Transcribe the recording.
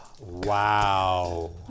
Wow